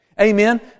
Amen